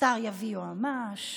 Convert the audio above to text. שר יביא יועמ"ש,